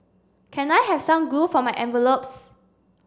can I have some glue for my envelopes